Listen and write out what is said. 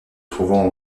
trouvant